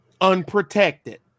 unprotected